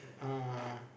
uh